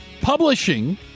publishing